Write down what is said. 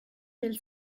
del